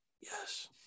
Yes